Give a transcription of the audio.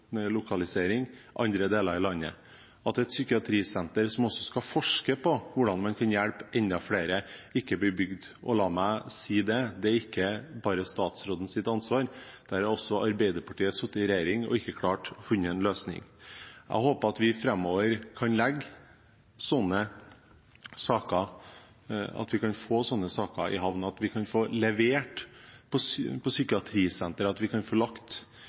lokalisering i andre deler i landet – at et psykiatrisenter som skal forske på hvordan vi kan hjelpe enda flere, ikke blir bygd. La meg si det: Det er ikke bare statsrådens ansvar, Arbeiderpartiet har også sittet i regjering og ikke klart å finne en løsning. Jeg håper at vi framover kan få sånne saker i havn, at vi får levert med tanke på psykiatrisentre og får lagt